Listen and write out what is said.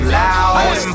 loud